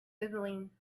sizzling